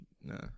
No